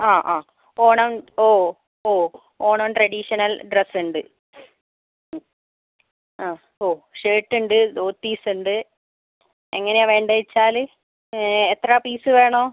ആ ആ അപ്പോൾ ഓണം ഒ ഓ ഓണം ട്രഡീഷണൽ ഡ്രസ്സ് ഉണ്ട് ആ ഒ ഷർട്ട് ഉണ്ട് ദോത്തീസ് ഉണ്ട് എങ്ങനെയാണ് വേണ്ടത് വെച്ചാൽ എത്ര പീസ് വേണം